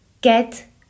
get